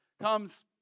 comes